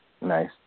Nice